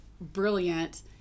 brilliant